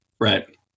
Right